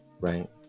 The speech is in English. Right